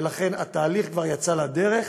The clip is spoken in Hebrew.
ולכן, התהליך כבר יצא לדרך.